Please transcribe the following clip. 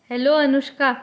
hello Anushka